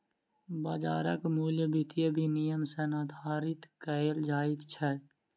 बाजारक मूल्य वित्तीय विनियम सॅ निर्धारित कयल जाइत अछि